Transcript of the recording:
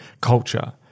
culture